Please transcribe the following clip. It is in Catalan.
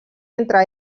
entre